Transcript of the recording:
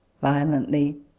violently